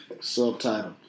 Subtitle